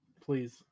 Please